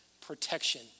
protection